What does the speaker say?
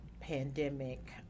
pandemic